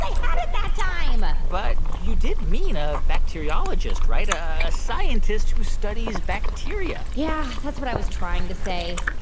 had it that time ah but you did mean a bacteriologist right? a a scientist who studies bacteria yeah, that's what i was trying to say